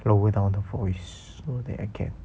lower down the voice so that I can